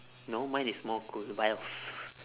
no mine is more cool vilf